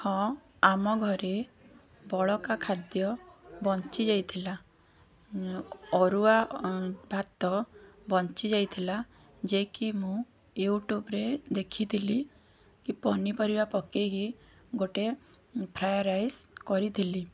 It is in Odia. ହଁ ଆମ ଘରେ ବଳକା ଖାଦ୍ୟ ବଞ୍ଚିଯାଇଥିଲା ଅରୁଆ ଭାତ ବଞ୍ଚିଯାଇଥିଲା ଯେ କି ମୁଁ ୟୁଟ୍ୟୁବରେ ଦେଖିଥିଲି କି ପନିପରିବା ପକେଇକି ଗୋଟେ ଫ୍ରାଏ ରାଇସ୍ କରିଥିଲି